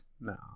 No